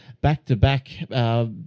back-to-back